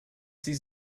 sie